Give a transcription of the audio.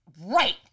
Right